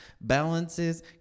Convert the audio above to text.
balances